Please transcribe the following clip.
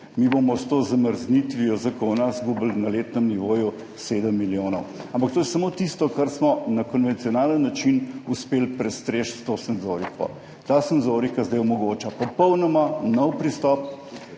mi bomo s to zamrznitvijo zakona izgubili na letnem nivoju 7 milijonov. Ampak to je samo tisto, kar smo na konvencionalen način uspeli prestreči s to senzoriko. Ta senzorika zdaj omogoča popolnoma nov pristop.